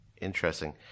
Interesting